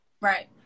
right